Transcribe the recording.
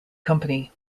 company